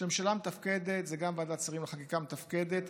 שממשלה מתפקדת זה גם ועדת שרים לחקיקה מתפקדת,